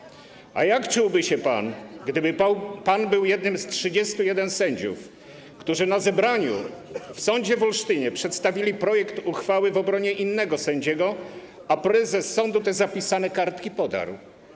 A jak czułby się pan, gdyby pan był jednym z 31 sędziów, którzy na zebraniu w sądzie w Olsztynie przedstawili projekt uchwały w obronie innego sędziego, a prezes sądu te zapisane kartki podarł?